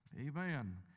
amen